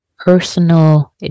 Personal